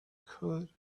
could